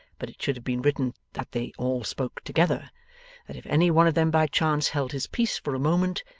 but it should have been written that they all spoke together that if any one of them by chance held his peace for a moment,